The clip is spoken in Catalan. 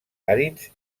àrids